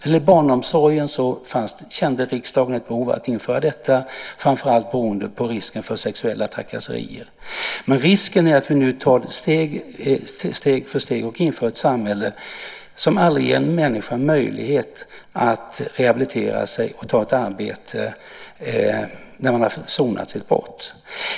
För barnomsorgen kände riksdagen ett behov av att införa detta, framför allt beroende på risken för sexuella trakasserier. Men det är nu risk att vi steg för steg inför ett samhälle som aldrig ger en människa en möjlighet att rehabilitera sig för ett arbete när man har sonat sitt brott.